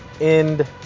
end